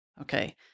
okay